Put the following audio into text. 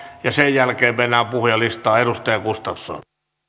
ja sen jälkeen mennään puhujalistaan edustaja gustafsson